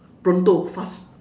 pronto fast